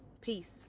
Peace